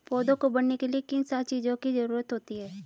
पौधों को बढ़ने के लिए किन सात चीजों की जरूरत होती है?